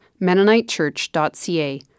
MennoniteChurch.ca